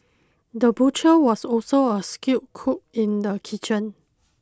the butcher was also a skilled cook in the kitchen